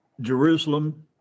Jerusalem